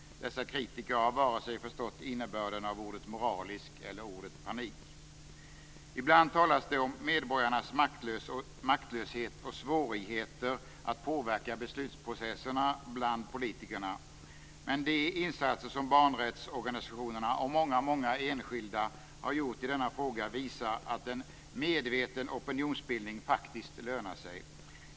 Dessa kritiker har inte förstått innebörden av vare sig ordet moralisk eller ordet panik. Ibland talas det om medborgarnas maktlöshet och deras svårigheter att påverka beslutsprocessen bland politikerna. Men de insatser som barnrättsorganisationerna och många enskilda har gjort i denna fråga visar att en medveten opinionsbildning faktiskt lönar sig.